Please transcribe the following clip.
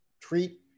treat